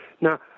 Now